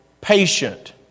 patient